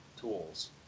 tools